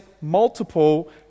multiple